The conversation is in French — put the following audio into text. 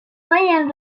royale